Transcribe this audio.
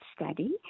study